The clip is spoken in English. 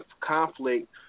conflict